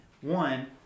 one